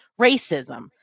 racism